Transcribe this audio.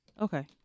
Okay